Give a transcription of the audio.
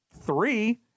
three